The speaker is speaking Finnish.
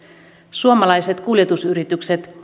suomalaiset kuljetusyritykset